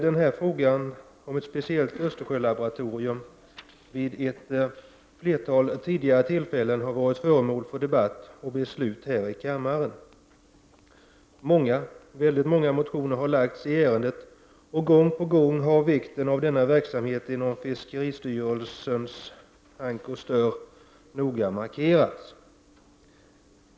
Denna fråga, om ett speciellt Östersjölaboratorium, har varit föremål för debatt och beslut här i kammaren vid ett flertal tillfällen tidigare. Många motioner har väckts i ärendet, och gång på gång har vikten av denna verksamhet inom fiskeristyrelsens hank och stör noga markerats.